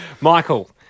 Michael